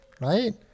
right